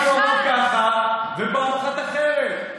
פעם אחת הוא אמר ככה ופעם אחת אחרת.